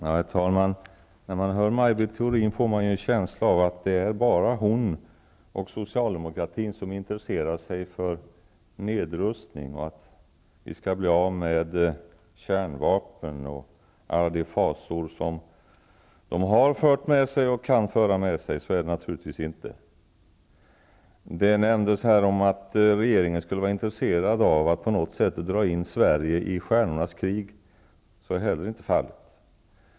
Herr talman! När man hör Maj Britt Theorin får man en känsla av att det bara är hon och socialdemokraterna som intresserar sig för nedrustning, för att vi skall bli av med kärnvapnen och alla de fasor som dessa har fört med sig och kan föra med sig. Men så är det naturligtvis inte. Det nämndes att regeringen skulle vara intresserad av att på något sätt dra in Sverige i Stjärnornas krig. Så är heller inte fallet.